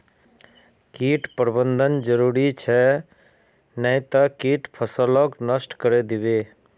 कीट प्रबंधन जरूरी छ नई त कीट फसलक नष्ट करे दीबे